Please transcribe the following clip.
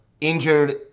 injured